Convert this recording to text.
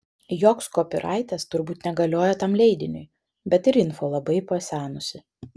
joks kopyraitas turbūt negalioja tam leidiniui bet ir info labai pasenusi